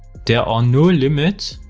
there are no limits.